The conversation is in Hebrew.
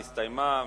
ההצבעה נסתיימה.